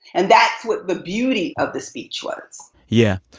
and that's what the beauty of the speech was yeah.